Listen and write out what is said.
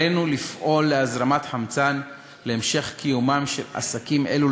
עלינו לפעול להזרמת חמצן להמשך קיומם של עסקים אלה,